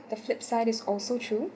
the flip side is also true